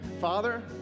Father